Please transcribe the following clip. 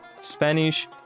Spanish